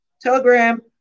Telegram